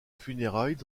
funérailles